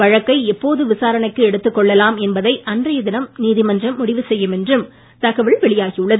வழக்கை எப்போது விசாரணைக்கு எடுத்துக் கொள்ளலாம் என்பதை அன்றைய தினம் நீதிமன்றம் முடிவு செய்யும் என்றும் தகவல் வெளியாகி உள்ளது